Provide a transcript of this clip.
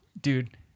Dude